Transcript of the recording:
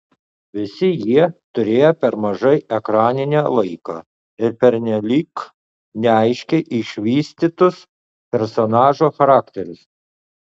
visi jie turėjo per mažai ekraninio laiko ir pernelyg neaiškiai išvystytus personažų charakterius